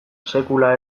sekula